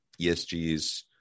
ESGs